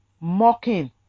mocking